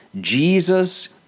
Jesus